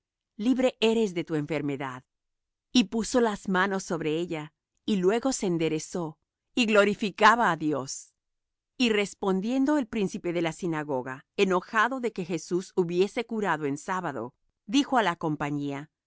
libre eres de tu enfermedad y puso las manos sobre ella y luego se enderezó y glorificaba á dios y respondiendo el príncipe de la sinagoga enojado de que jesús hubiese curado en sábado dijo á la compañía